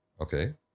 Okay